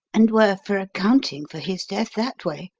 and were for accounting for his death that way.